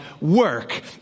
work